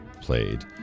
played